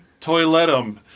Toiletum